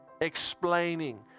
explaining